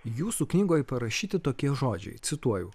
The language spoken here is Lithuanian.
jūsų knygoje parašyti tokie žodžiai cituoju